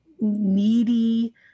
needy